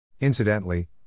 Incidentally